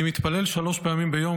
אני מתפלל שלוש פעמים ביום,